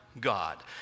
God